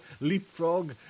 Leapfrog